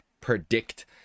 predict